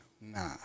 Nah